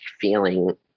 feeling